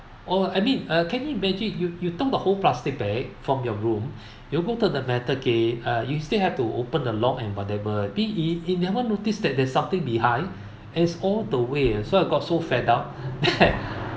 oh I mean uh can you imagine you you took the whole plastic bag from your room you go to the metal gate ah you still have to open the lock and whatever be it you never notice that there's something behind as all the way and so I got so fed up